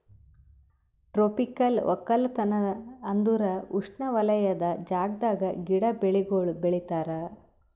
tropical ಒಕ್ಕಲತನ ಅಂದುರ್ ಉಷ್ಣವಲಯದ ಜಾಗದಾಗ್ ಗಿಡ, ಬೆಳಿಗೊಳ್ ಬೆಳಿತಾರ್